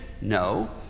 No